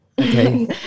okay